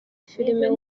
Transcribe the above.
film